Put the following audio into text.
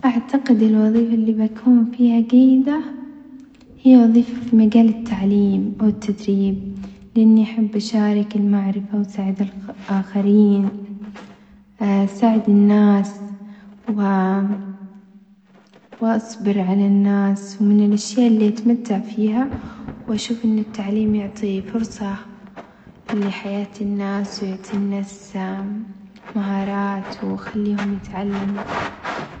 أعتقد الوظيفة اللي بكون فيها جيدة هي وظيفة في مجال التعليم أو التدريب لأني أحب أشراك المعرفة وأساعد الخ-آخرين أساعد الناس و وأصبر على الناس، ومن الأشياء اللي أتمتع فيها وأشوف إن التعليم يعطي فرصة لحياة الناس ويعطي الناس مهارات ويخليهم يتعلموا.